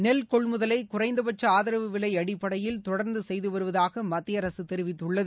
நெல் கொள்முதலை குறைந்தபட்ச ஆதரவு விலை அடிப்படையில் தொடர்ந்து செய்து வருவதாக மத்திய அரசு தெரிவித்துள்ளது